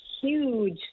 huge